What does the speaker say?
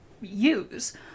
use